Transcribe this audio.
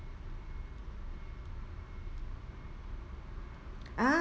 ah